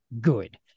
good